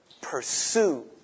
pursue